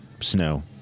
snow